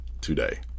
today